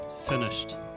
finished